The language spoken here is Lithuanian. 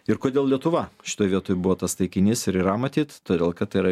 ir kodėl lietuva šitoj vietoj buvo tas taikinys ir yra matyt todėl kad tai yra